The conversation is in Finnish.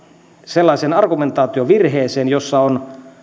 sellaiseen argumentaatiovirheeseen jossa on